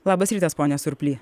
labas rytas pone surply